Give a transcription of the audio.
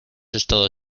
estado